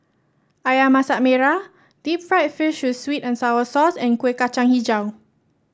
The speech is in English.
ayam Masak Merah Deep Fried Fish with sweet and sour sauce and Kueh Kacang hijau